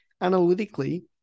analytically